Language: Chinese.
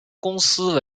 公司